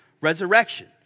resurrection